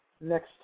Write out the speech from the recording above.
next